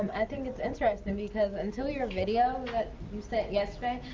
um i think it's interesting because, until your video that you sent yesterday,